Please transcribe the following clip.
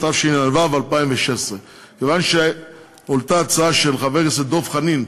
התשע"ו 2016. מכיוון שהועלתה הצעה של חבר הכנסת דב חנין,